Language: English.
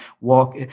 walk